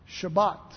Shabbat